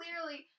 clearly